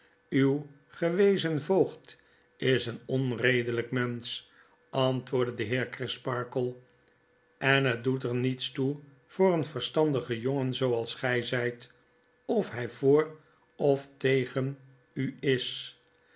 uw gewezen voogd is een onredelykmensch antwoordde de heer crisparkle en het doet er niets toe voor een verstandigen jongen zooals gy zyt of hij voor of tegen u is